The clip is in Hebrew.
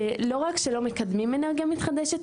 ולא רק שלא מקדמים אנרגיה מתחדשת